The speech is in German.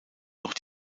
noch